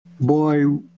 boy